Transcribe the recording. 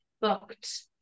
booked